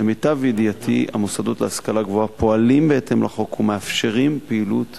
למיטב ידיעתי המוסדות להשכלה גבוהה פועלים בהתאם לחוק ומאפשרים פעילות